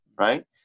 right